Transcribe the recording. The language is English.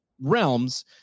realms